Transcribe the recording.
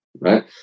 right